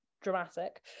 Dramatic